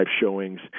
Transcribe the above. showings